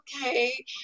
okay